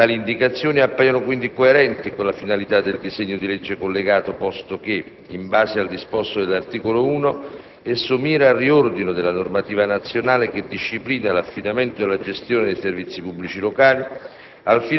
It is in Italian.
Tali indicazioni appaiono quindi coerenti con le finalità del disegno di legge collegato posto che, in base al disposto dell'articolo 1, esso mira "al riordino della normativa nazionale che disciplina l'affidamento e la gestione dei servizi pubblici locali,